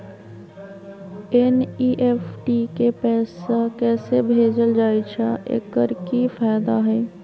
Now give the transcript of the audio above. NEFT से पैसा कैसे भेजल जाइछइ? एकर की फायदा हई?